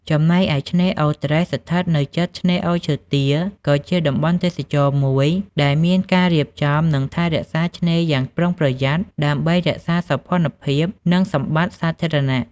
ចំណែកឯឆ្នេរអូរត្រេះ ស្ថិតនៅជិតឆ្នេរអូរឈើទាល ក៏ជាតំបន់ទេសចរណ៍មួយដែលមានការរៀបចំ និងថែរក្សាឆ្នេរយ៉ាងប្រុងប្រយ័ត្ន ដើម្បីរក្សាសោភ័ណភាព និង សម្បត្តិសាធារណៈ។